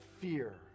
fear